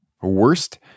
Worst